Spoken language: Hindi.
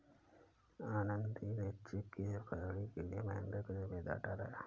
आनंदी ने चेक की धोखाधड़ी के लिए महेंद्र को जिम्मेदार ठहराया